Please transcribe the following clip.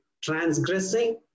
transgressing